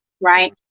right